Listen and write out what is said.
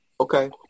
Okay